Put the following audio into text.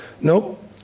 nope